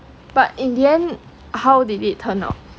but in the end how did it turn out